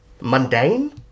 mundane